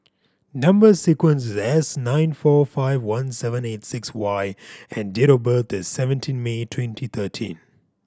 number sequence nine four five one seven eight six Y and date of birth is seventeen May twenty thirteen